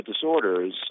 disorders